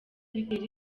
bitera